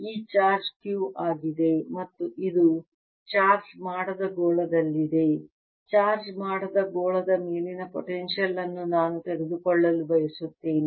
ಈ charge Q ಆಗಿದೆ ಮತ್ತು ಇದು ಚಾರ್ಜ್ ಮಾಡದ ಗೋಳದಲ್ಲಿದೆ ಚಾರ್ಜ್ ಮಾಡದ ಗೋಳದ ಮೇಲಿನ ಪೊಟೆನ್ಶಿಯಲ್ ಅನ್ನು ನಾನು ತಿಳಿದುಕೊಳ್ಳಲು ಬಯಸುತ್ತೇನೆ